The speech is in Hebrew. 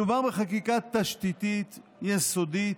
מדובר בחקיקה תשתיתית, יסודית,